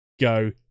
go